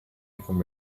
from